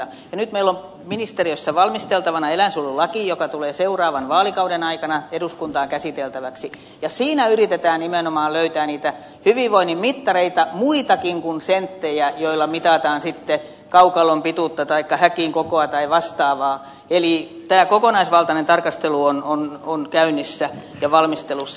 nyt meillä on ministeriössä valmisteltavana eläinsuojelulaki joka tulee seuraavan vaalikauden aikana eduskuntaan käsiteltäväksi ja siinä yritetään nimenomaan löytää niitä hyvinvoinnin mittareita muitakin kuin senttejä joilla mitataan kaukalon pituutta taikka häkin kokoa tai vastaavaa eli tämä kokonaisvaltainen tarkastelu on käynnissä ja valmistelussa